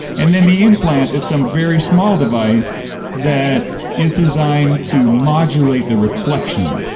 and then the implant is some very small device that is designed to modulate the reflection.